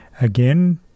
Again